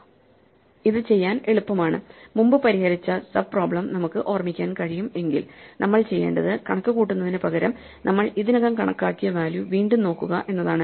ഇത് ചെയ്യാൻ എളുപ്പമാണ് മുമ്പ് പരിഹരിച്ച സബ് പ്രോബ്ലെം നമുക്ക് ഓർമിക്കാൻ കഴിയും എങ്കിൽ നമ്മൾ ചെയ്യേണ്ടത്കണക്കുകൂട്ടുന്നതിനുപകരം നമ്മൾ ഇതിനകം കണക്കാക്കിയ വാല്യൂ വീണ്ടും നോക്കുക എന്നതാണ്